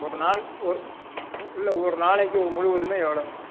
ஒரு நாள் ஒரு இல்லை ஒரு நாளைக்கு முழுவதுமே எவ்ளோங்க அண்ணா வரும்